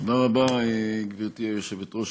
תודה רבה, גברתי היושבת-ראש.